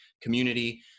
community